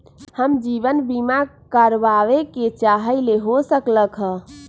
हम जीवन बीमा कारवाबे के चाहईले, हो सकलक ह?